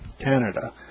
Canada